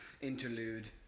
interlude